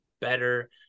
better